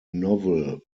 novel